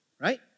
right